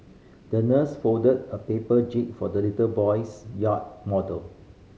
the nurse folded a paper jib for the little boy's yacht model